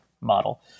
model